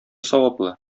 саваплы